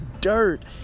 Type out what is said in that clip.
dirt